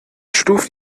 stuft